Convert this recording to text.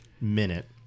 minute